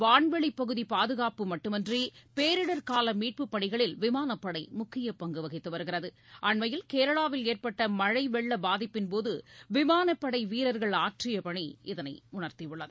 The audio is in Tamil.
வான்வெளிப்பகுதி பாதுகாப்பு மட்டுமின்றி பேரிடர் கால மீட்புப் பணிகளில் நாட்டின் விமானப்படை முக்கிய பங்கு வகித்து வருகிறது அண்மையில் கேரளாவில் ஏற்பட்ட மழை வெள்ள பாதிப்பின்போது விமானப்படை வீரர்கள் ஆற்றிய பணி இதனை உணர்த்தியுள்ளது